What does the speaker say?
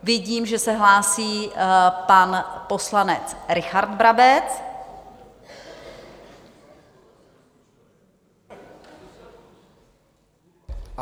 Vidím, že se hlásí pan poslanec Richard Brabec.